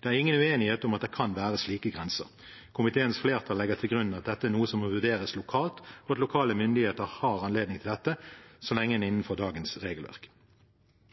Det er ingen uenighet om at det kan være slike grenser. Komiteens flertall legger til grunn at dette er noe som må vurderes lokalt, og at lokale myndigheter har anledning til dette så lenge en er innenfor dagens regelverk.